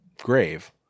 grave